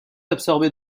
absorber